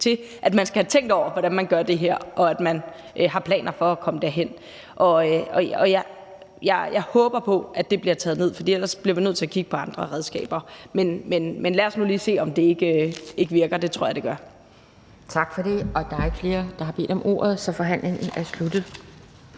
til, at man skal have tænkt over, hvordan man gør det her, og at man har planer for at komme derhen. Jeg håber på, at det bliver taget ned, for ellers bliver vi nødt til at kigge på andre redskaber. Men lad os nu lige se, om ikke det virker. Det tror jeg det gør. Kl. 11:55 Anden næstformand (Pia Kjærsgaard): Tak for det. Der er ikke flere, der har bedt om ordet, og så er forhandlingen sluttet.